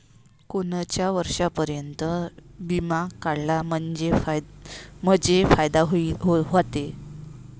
कोनच्या वर्षापर्यंत बिमा काढला म्हंजे फायदा व्हते?